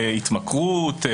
התמכרות,